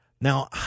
Now